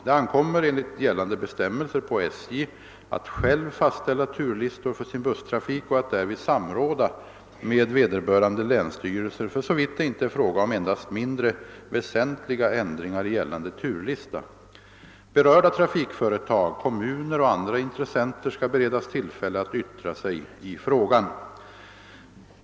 Det ankommer enligt gällande bestämmelser på SJ att själv fastställa turlistor för sin busstrafik och att därvid samråda med vederbörande länsstyrelser för så vitt det inte är fråga om endast mindre väsentliga ändringar i gällande turlista. Berörda trafikföretag, kommuner och andra intressenter skall beredas tillfälle att yttra sig i frågan.